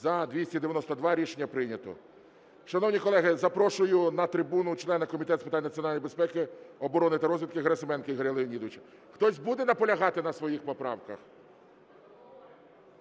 За-292 Рішення прийнято. Шановні колеги, запрошую на трибуну члена Комітету з питань національної безпеки, оборони та розвідки Герасименка Ігоря Леонідовича. Хтось буде наполягати на своїх поправках?